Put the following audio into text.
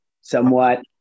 Somewhat